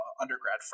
undergrad